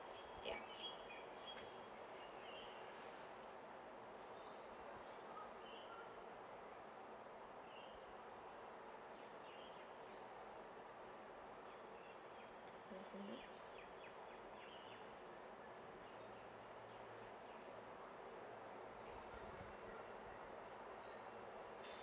yup mmhmm